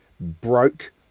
broke